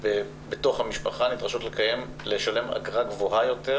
בתוך המשפחה נדרשות לשלם אגרה גבוהה ביותר